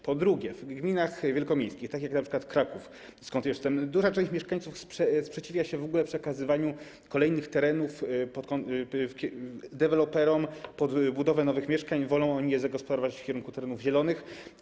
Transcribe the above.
Po drugie, w gminach wielkomiejskich takich jak na przykład Kraków - skąd jestem - duża część mieszkańców sprzeciwia się w ogóle przekazywaniu kolejnych terenów deweloperom pod budowę nowych mieszkań i woli je zagospodarowywać na tereny zielone.